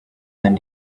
than